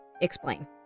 explain